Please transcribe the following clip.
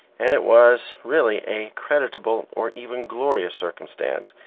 and it was really a creditable or even glorious circumstance,